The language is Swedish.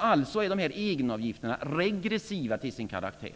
Alltså är dessa egenavgifter regressiva till sin karaktär.